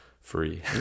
free